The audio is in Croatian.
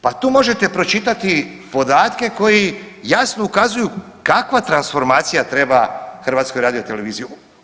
Pa tu možete pročitati podatke koji jasno ukazuju kakva transformacija treba HRT-u.